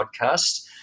podcast